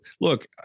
look